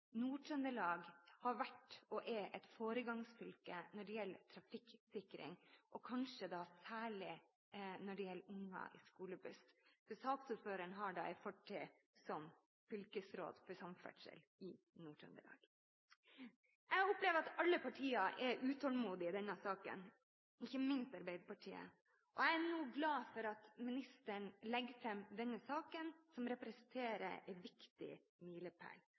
Nord-Trøndelag har vært – og er – et foregangsfylke når det gjelder trafikksikring, og kanskje særlig når det gjelder unger i skolebuss. Saksordføreren har en fortid som fylkesråd for samferdsel i Nord-Trøndelag. Jeg opplever at alle partiene er utålmodige i denne saken, ikke minst Arbeiderpartiet, og jeg er glad for at ministeren nå legger fram denne saken, som representerer en viktig milepæl.